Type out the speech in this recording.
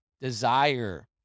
desire